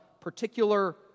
particular